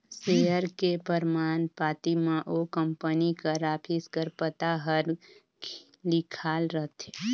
share के परमान पाती म ओ कंपनी कर ऑफिस कर पता हर लिखाल रहथे